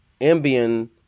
Ambien